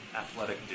athletic